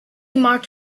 marked